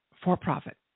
for-profit